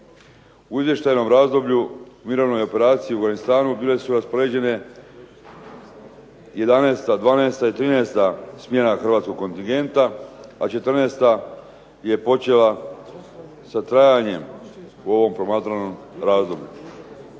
U izvještajnom razdoblju u mirovnoj operaciji u Afganistanu bile su raspoređene 11, 12 i 13 smjena hrvatskog kontingenta, a 14 je počela sa trajanjem u ovom promatranom razdoblju.